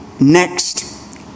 Next